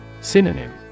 Synonym